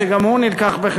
שגם הוא הובא בחשבון.